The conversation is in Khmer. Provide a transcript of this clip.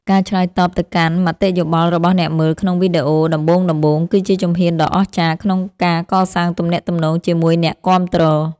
ការឆ្លើយតបទៅកាន់មតិយោបល់របស់អ្នកមើលក្នុងវីដេអូដំបូងៗ គឺជាជំហានដ៏អស្ចារ្យក្នុងការកសាងទំនាក់ទំនងជាមួយអ្នកគាំទ្រ។